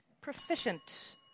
proficient